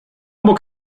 bok